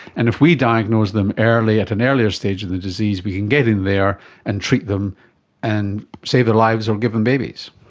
and if we diagnose them earlier at an earlier stage of the disease, we can get in there and treat them and save their lives and give them babies.